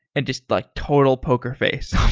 and just like total poker face.